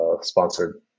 sponsored